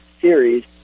Series